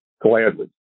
Gladly